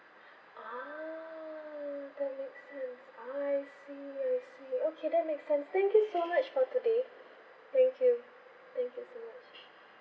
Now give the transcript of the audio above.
ah that makes sense I see I see okay that makes sense thank you so much for today thank you thank you so much